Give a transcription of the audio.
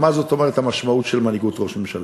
ומה זאת אומרת, מה המשמעות של מנהיגות ראש ממשלה.